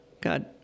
God